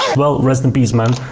well rest in peace man,